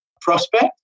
prospect